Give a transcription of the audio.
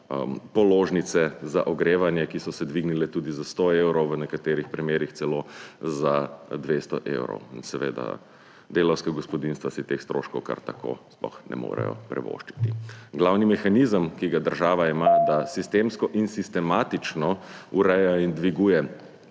položnice za ogrevanje, ki so se dvignile tudi za 100 evrov, v nekaterih primerih celo za 200 evrov. In seveda delavska gospodinjstva si teh stroškov kar tako sploh ne morejo privoščiti. Glavni mehanizem, ki ga država ima, da sistemsko in sistematično ureja in dviguje